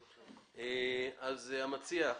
המציע,